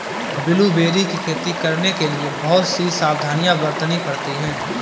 blueberry की खेती करने के लिए बहुत सी सावधानियां बरतनी पड़ती है